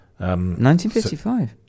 1955